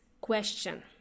question